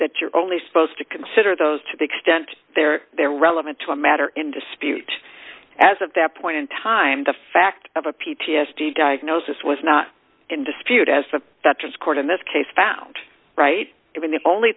that you're only supposed to consider those to the extent they're they're relevant to a matter in dispute as of that point in time the fact of a p t s d diagnosis was not in dispute as to that discord in this case found right even the only